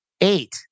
eight